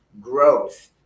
growth